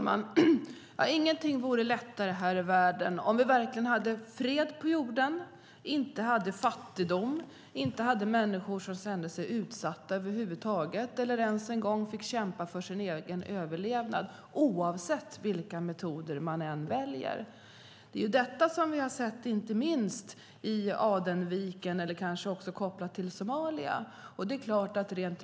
Herr talman! Allt vore lättare här i världen om vi verkligen hade fred på jorden och inte hade fattigdom eller människor som kände sig utsatta eller fick kämpa för sin egen överlevnad, detta oavsett vilka metoder man väljer. Det är detta som vi har sett inte minst i Adenviken och kanske också i Somalia.